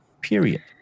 Period